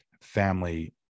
family